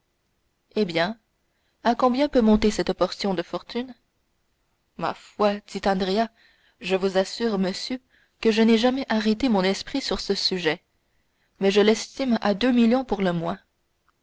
corsinari et à combien peut monter cette portion de fortune ma foi dit andrea je vous assure monsieur que je n'ai jamais arrêté mon esprit sur ce sujet mais je l'estime à deux millions pour le moins